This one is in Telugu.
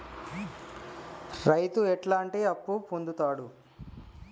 రైతు ఎట్లాంటి అప్పు పొందుతడు?